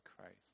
Christ